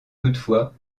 toutefois